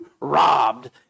robbed